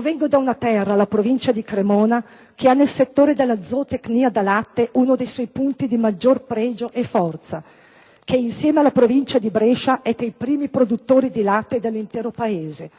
Vengo da una terra - la provincia di Cremona - che ha nel settore della zootecnia da latte uno dei suoi punti di maggior pregio e forza e che, insieme alla provincia di Brescia, è tra i primi produttori di latte dell'intero Paese: